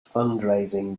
fundraising